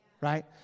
Right